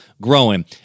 growing